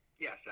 Yes